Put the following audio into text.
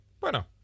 Bueno